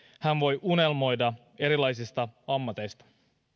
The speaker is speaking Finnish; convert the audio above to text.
hän voi unelmoida erilaisista ammateista